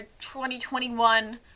2021